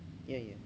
ya ya